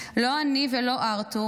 לא אני ולא ארתור,